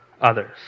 others